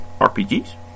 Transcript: RPGs